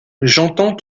j’entends